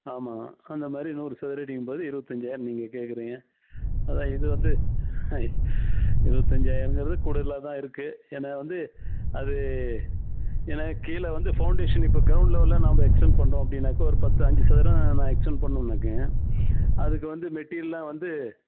ஆமாம் அந்த மாதிரி நூறு சதுரடிங்கும் போது இருபத்தஞ்சாயிரம் நீங்கள் கேட்குறிங்க அதான் இது வந்து ஆ இருபத்தஞ்சாயிரங்குறது கூடுதலாக தான் இருக்குது ஏன்னா வந்து அது ஏன்னா கீழே வந்து ஃபௌண்டேஷன் இப்போ க்ரௌண்ட் லெவலில் நாம எக்ஸ்ட்டண்ட் பண்ணுறோம் அப்படினாக்க ஒரு பத்து அஞ்சு சதுரம் நான் எக்ஸ்ட்டண்ட் பண்ணுவோம் நினைக்கிறேன் அதுக்கு வந்து மெட்டிரியல்லாம் வந்து